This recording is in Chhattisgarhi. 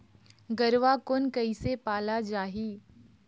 गरवा कोन कइसे पाला जाही?